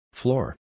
Floor